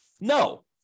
No